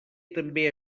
també